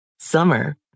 Summer